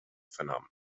phenomenon